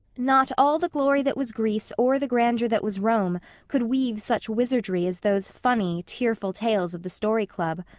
not all the glory that was greece or the grandeur that was rome could weave such wizardry as those funny, tearful tales of the story club.